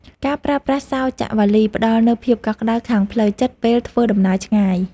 ការប្រើប្រាស់សោចាក់វ៉ាលី ផ្តល់នូវភាពកក់ក្តៅខាងផ្លូវចិត្តពេលធ្វើដំណើរឆ្ងាយ។